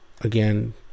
again